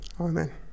Amen